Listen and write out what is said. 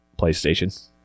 PlayStation